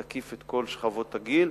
תקיף את כל שכבות הגיל.